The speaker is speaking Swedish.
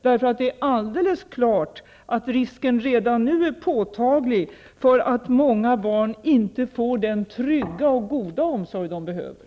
Det är alldeles klart att risken redan nu är påtaglig för att många barn inte får den trygga och goda barnomsorg de behöver.